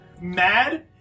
mad